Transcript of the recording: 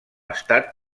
estat